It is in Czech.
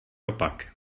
opak